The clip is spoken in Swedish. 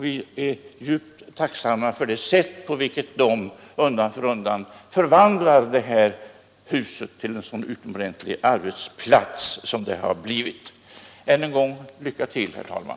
Vi är djupt tacksamma det sätt på vilket de förvandlat detta hus till en så utomordentlig arbetsplats som det har blivit. Än en gång: Lycka till, herr talman!